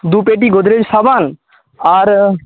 দু পেটি গোদরেজ সাবান আর